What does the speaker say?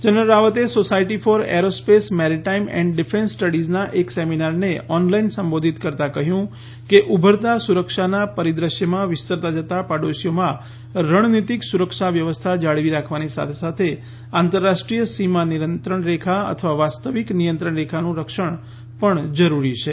general રાવતે society for aerospace maritime and defence સ્ટડીઝના એક સેમીનારને ઓનલાઇન સંબોધિત કરતા કહ્યું કે ઉભરતા સુરક્ષાના પરિદ્રશ્યમાં વિસ્તરતા જતા પાડોશીઓમાં રણનીતિક સુરક્ષા વ્યવસ્થા જાળવી રાખવાની સાથે સાથે આંતરરાષ્ટ્રીય સીમા નિયંત્રણ રેખા અથવા વાસ્તવિક નિયંત્રણ રેખાનું રક્ષણ પણ જરૂરી છે